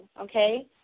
Okay